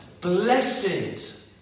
Blessed